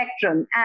spectrum